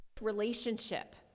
relationship